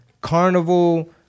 carnival